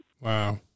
wow